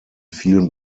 vielen